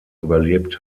überlebt